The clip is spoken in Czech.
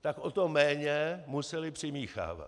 tak o to méně museli přimíchávat.